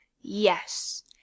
yes